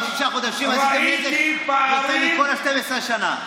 בשישה חודשים עשיתם נזק יותר מכל 12 השנים.